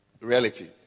Reality